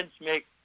make